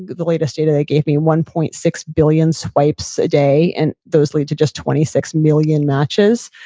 the latest data they gave me, one point six billion swipes a day and those lead to just twenty six million matches.